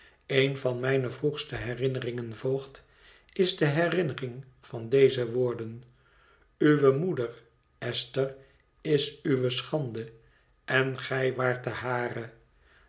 een van mijne vroegste herinneringen voogd is de herinnering van deze woorden uwe moeder esther is uwe schande en gij waart de hare